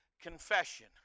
confession